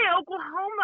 Oklahoma